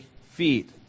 feet